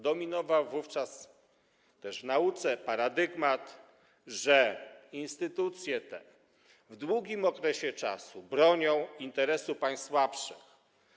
Dominował wówczas w nauce paradygmat, że instytucje te w długim okresie czasu bronią interesów państw słabszych.